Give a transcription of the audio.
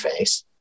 interface